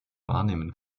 wahrnehmen